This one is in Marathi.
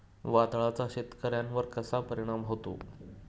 वादळाचा शेतकऱ्यांवर कसा परिणाम होतो?